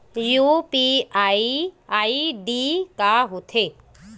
UPI ID का होथे?